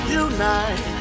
unite